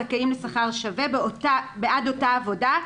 זכאים לשכר שווה בעד אותה עבודה,